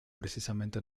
precisamente